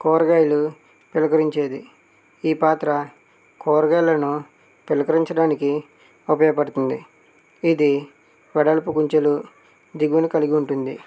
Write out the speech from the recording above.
కూరగాయలు పిలకరించేది ఈ పాత్ర కూరగాయలను పిలకరించడానికి ఉపయోగపడుతుంది ఇది వెడల్పు కుంచెలు దిగువుని కలిగి ఉంటుంది